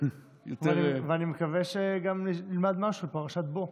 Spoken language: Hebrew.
אני מקווה שגם נלמד משהו על פרשת בֹא.